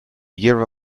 year